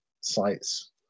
sites